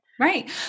Right